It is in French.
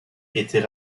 était